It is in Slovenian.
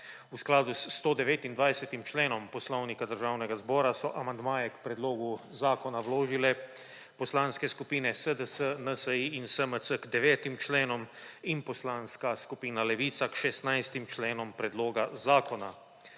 V skladu s 129. členom Poslovnika Državnega zbora so amandmaje k predlogu zakona vložile poslanske skupine SDS, NSi in SMC k devetim členom in Poslanska skupina Levica k šestnajstim členom predloga zakona.